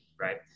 right